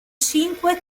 cinque